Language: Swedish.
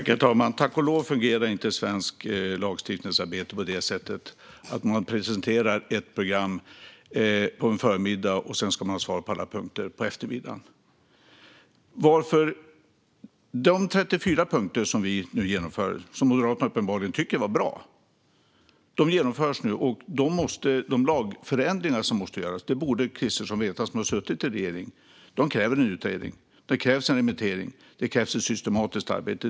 Herr talman! Tack och lov fungerar inte svenskt lagstiftningsarbete på det sättet att man presenterar ett program på förmiddagen och sedan ska ha svar på alla punkter på eftermiddagen. De 34 punkterna, som Moderaterna uppenbarligen tyckte var bra, genomförs nu. Kristersson, som har suttit i en regering, borde veta att det för de lagförändringar som måste göras krävs utredningar. Det krävs remittering. Det krävs systematiskt arbete.